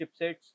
chipsets